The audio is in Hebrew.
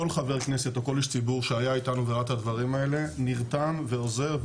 כל חבר כנסת או איש ציבור שהיה איתנו וראה את הדברים האלה נרתם ועוזר,